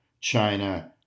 China